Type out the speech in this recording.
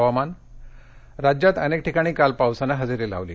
हवामानः राज्यात अनेक ठिकाणी काल पावसानं हजेरी लावली